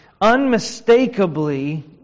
unmistakably